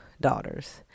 Daughters